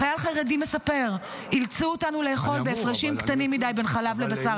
חייל חרדי מספר: אילצו אותנו לאכול בהפרשים קטנים מדי בין חלב לבשר.